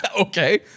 Okay